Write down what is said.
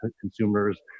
consumers